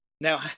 Now